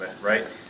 right